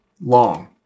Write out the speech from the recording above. long